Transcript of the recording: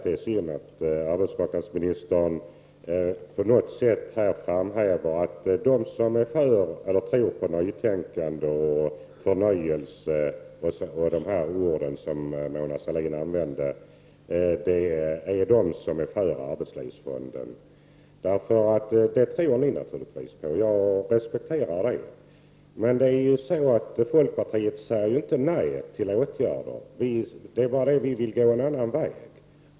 Det är synd att arbetsmarknadsministern på något sätt framhåller att de som tror på nytänkande och förnyelse m.m. enbart är de som är förespråkare för arbetslivsfonden. Det tror ni naturligvis på, och jag respekterar detta. Men folkpartiet säger inte nej till åtgärder — vi vill bara gå en annan väg.